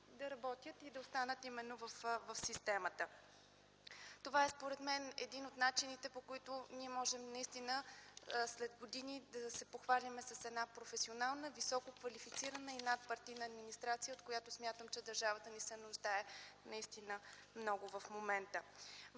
да работят и да останат именно в системата. Според мен, това е един от начините, по които можем след години наистина да се похвалим с една професионална, висококвалифицирана и надпартийна администрация, от която смятам, че държавата ни се нуждае наистина много в момента.